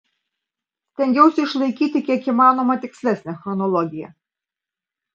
stengiausi išlaikyti kiek įmanoma tikslesnę chronologiją